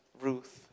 Ruth